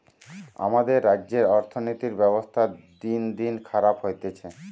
আমাদের রাজ্যের অর্থনীতির ব্যবস্থা দিনদিন খারাপ হতিছে